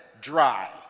Dry